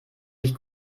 sich